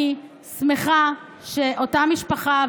אני שמחה שאותה משפחה,